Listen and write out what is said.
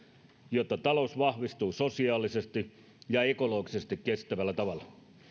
jotta talous vahvistuu sosiaalisesti ja ekologisesti kestävällä tavalla